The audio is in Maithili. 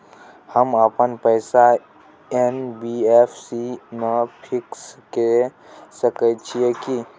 हम अपन पैसा एन.बी.एफ.सी म फिक्स के सके छियै की?